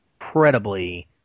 incredibly